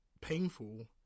painful